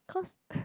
cause >